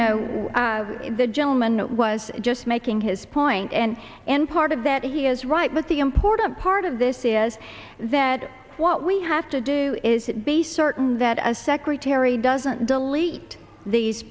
know as the gentleman i was just making his point and in part of that he is right but the important part of this is that what we have to do is to be certain that a secretary doesn't delete these